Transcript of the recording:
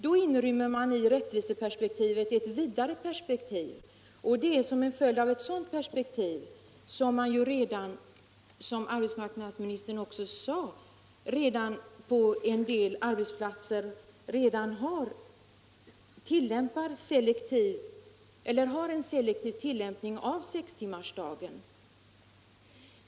Man ser då rättvisefrågan i ett vidare perspektiv, och det är i linje härmed man på en del arbetsplatser redan har en selektiv tillämpning av sextimmarsdagen.